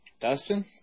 Dustin